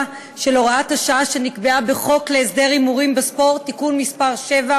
של הוראת השעה שנקבעה בחוק להסדר הימורים בספורט (תיקון מס' 7,